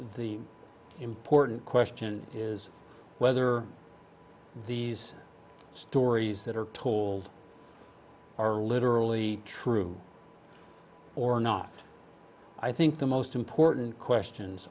e important question is whether these stories that are told are literally true or not i think the most important questions